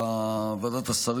שר